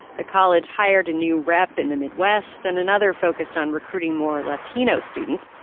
the college hired a new rep in the midwest and another focused on recruiting more latino students.